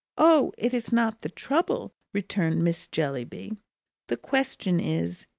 oh, it's not the trouble, returned miss jellyby the question is,